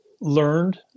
learned